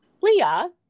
Leah